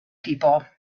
people